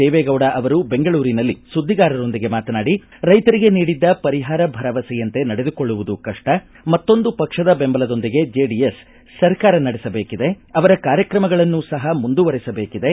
ದೇವೇಗೌಡ ಅವರು ಬೆಂಗಳೂರಿನಲ್ಲಿ ಸುದ್ದಿಗಾರರೊಂದಿಗೆ ಮಾತನಾಡಿ ರೈತರಿಗೆ ನೀಡಿದ್ದ ಪರಿಹಾರ ಭರವಸೆಯಂತೆ ನಡೆದುಕೊಳ್ಳುವುದು ಕಷ್ಟ ಮತ್ತೊಂದು ಪಕ್ಷದ ಬೆಂಬಲದೊಂದಿಗೆ ಜೆಡಿಎಸ್ ಸರ್ಕಾರ ನಡೆಸಬೇಕಿದೆ ಅವರ ಕಾರ್ಯಕ್ರಮಗಳನ್ನೂ ಸಹ ಮುಂದುವರಿಸಬೇಕಿದೆ